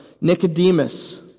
Nicodemus